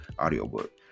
audiobook